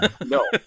No